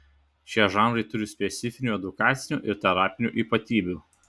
šie žanrai turi specifinių edukacinių ir terapinių ypatybių